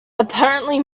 apparently